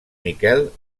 miquel